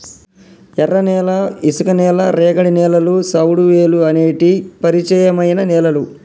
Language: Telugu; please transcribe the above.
ఎర్రనేల, ఇసుక నేల, రేగడి నేలలు, సౌడువేలుఅనేటి పరిచయమైన నేలలు